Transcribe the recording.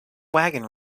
wagon